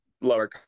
lower